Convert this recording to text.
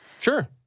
sure